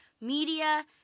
media